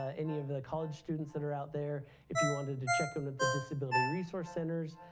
ah any of the college students that are out there, if you wanted to check in with the disability resource centers.